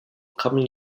coming